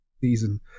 season